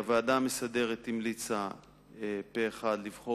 הוועדה המסדרת המליצה פה אחד לבחור